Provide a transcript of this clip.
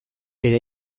bere